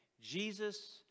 Jesus